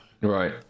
right